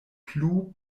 plu